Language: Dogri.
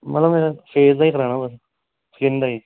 मतलब मेरा फेस स्हेई कराना होऐ थिन टाईप